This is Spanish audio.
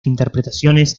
interpretaciones